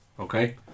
Okay